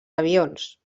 avions